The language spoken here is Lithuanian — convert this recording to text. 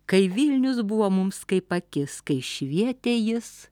kai vilnius buvo mums kaip akis kai švietė jis